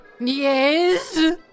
Yes